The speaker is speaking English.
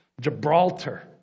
Gibraltar